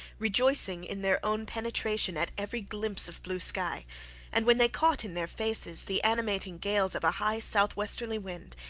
rejoicing in their own penetration at every glimpse of blue sky and when they caught in their faces the animating gales of a high south-westerly wind,